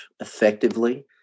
effectively